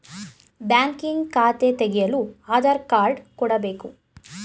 banking ಖಾತೆ ತೆಗೆಯಲು Aadhaar card ಕೊಡಬೇಕು